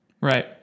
right